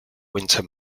winter